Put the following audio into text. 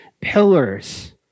pillars